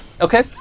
Okay